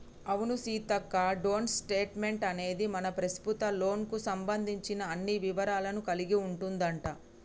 అవును సీతక్క డోంట్ స్టేట్మెంట్ అనేది మన ప్రస్తుత లోన్ కు సంబంధించిన అన్ని వివరాలను కలిగి ఉంటదంట